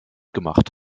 gemacht